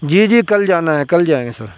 جی جی کل جانا ہے کل جائیں گے سر